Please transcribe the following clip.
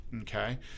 Okay